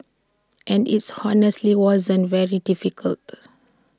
and its honestly wasn't very difficult